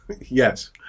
Yes